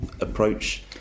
approach